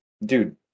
Dude